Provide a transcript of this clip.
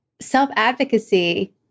self-advocacy